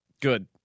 Good